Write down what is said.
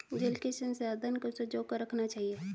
जल के संसाधन को संजो कर रखना चाहिए